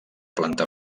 planta